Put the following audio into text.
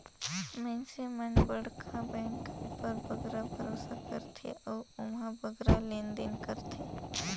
मइनसे मन बड़खा बेंक उपर बगरा भरोसा करथे अउ ओम्हां बगरा लेन देन करथें